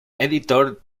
editor